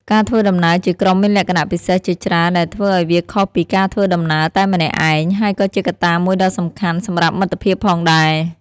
ការធ្វើដំណើរជាក្រុមមានលក្ខណៈពិសេសជាច្រើនដែលធ្វើឱ្យវាខុសពីការធ្វើដំណើរតែម្នាក់ឯង ហើយក៏ជាកត្តាមួយដ៏សំខាន់សម្រាប់មិត្តភាពផងដែរ។